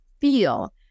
feel